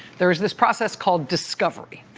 there is this process called discovery,